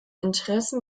interessen